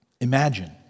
Imagine